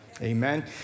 Amen